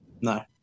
No